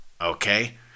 Okay